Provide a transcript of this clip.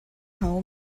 how